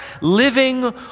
living